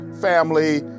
family